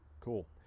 Cool